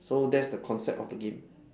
so that's the concept of the game